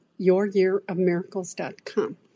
youryearofmiracles.com